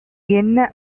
என்ன